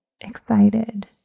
excited